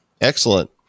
Excellent